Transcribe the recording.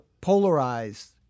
polarized